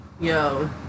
Yo